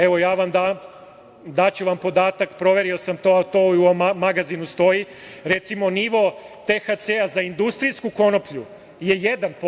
Evo, daću vam podatak, proverio sam to, to i u magazinu stoji, recimo, nivo THC-a za industrijusku konoplju je 1%